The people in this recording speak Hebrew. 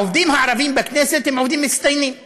העובדים הערבים בכנסת הם עובדים מצטיינים כולם,